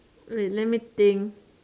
wait let me think